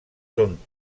són